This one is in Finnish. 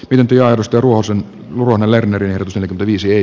pyyntialusten ruohosen luona lerner viisi